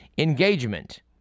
Engagement